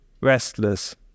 restless